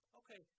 okay